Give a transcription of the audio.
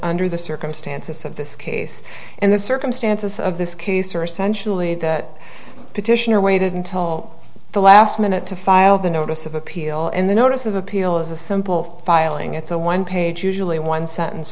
under the circumstances of this case and the circumstances of this case are essentially that petitioner waited until the last minute to file the notice of appeal and the notice of appeal is a simple filing it's a one page usually one sentence